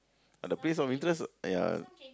the place of interest uh ya